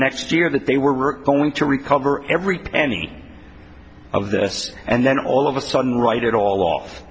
next year that they were going to recover every penny of this and then all of a sudden right it all off